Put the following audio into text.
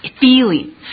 feeling